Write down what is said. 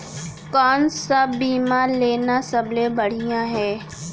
कोन स बीमा लेना सबले बढ़िया हे?